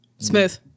Smooth